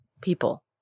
people